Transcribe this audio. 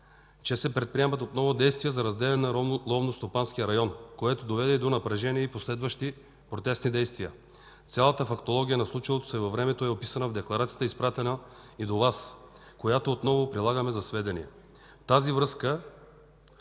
че се предприемат отново действия за разделяне на ловно-стопанския район, което доведе до напрежение и последващи протестни действия. Цялата фактология на случилото се във времето е описана в декларацията изпратена и до Вас, която отново прилагаме за сведение. В тази връзка